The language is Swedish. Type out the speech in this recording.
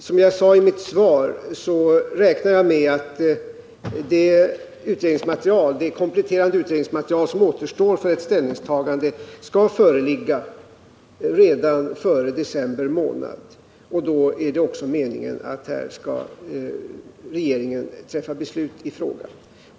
Som jag sade i mitt svar räknar jag med att det kompletterande utredningsmaterial som återstår för ett ställningstagande skall föreligga redan före december månad. Då är det också meningen att regeringen skall fatta beslut i frågan.